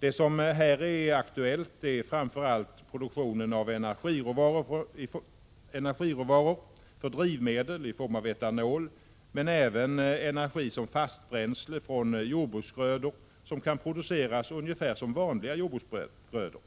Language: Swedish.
Det som här är aktuellt är framför allt produktion av energiråvaror för drivmedel i form av etanol men även energi som fastbränsle från jordbruksgröda som kan produceras ungefär som vanliga jordbruksgrödor.